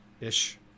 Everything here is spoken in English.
ish